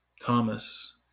Thomas